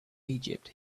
egypt